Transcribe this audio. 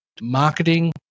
marketing